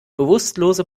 bewusstlose